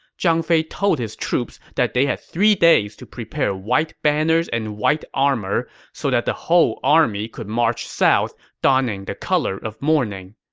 zhang fei told his troops that they had three days to prepare white banners and white armor so that the whole army could march south donning the color of mourning.